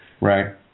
right